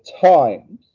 times